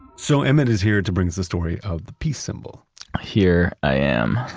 so emmett is here to bring us the story of the peace symbol here i am